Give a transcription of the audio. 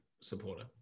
supporter